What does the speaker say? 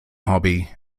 hobby